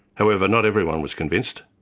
however not everyone was convinced.